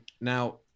Now